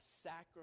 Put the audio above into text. sacrifice